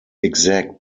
exact